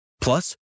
Plus